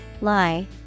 lie